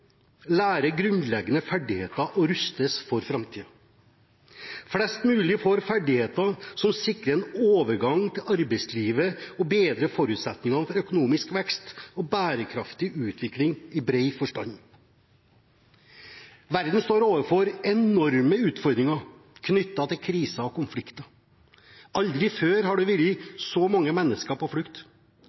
lærer grunnleggende ferdigheter og rustes for framtiden. Flest mulig får ferdigheter som sikrer en overgang til arbeidslivet, noe som bedrer forutsetningene for økonomisk vekst og bærekraftig utvikling i bred forstand. Verden står overfor enorme utfordringer knyttet til kriser og konflikter. Aldri før har det vært så mange mennesker på flukt.